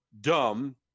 dumb